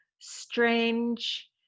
strange